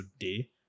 today